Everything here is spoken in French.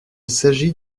s’agit